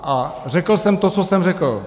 A řekl jsem to, co jsem řekl.